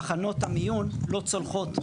תחנות המיון לא צולחות.